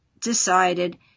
decided